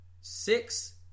Six